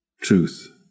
truth